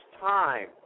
time